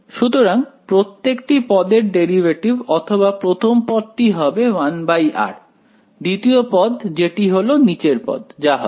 সুতরাং প্রত্যেকটি পদের ডেরিভেটিভ অতএব প্রথম পদটি হবে 1r দ্বিতীয় পদ যেটি হল নিচের পদ যা হবে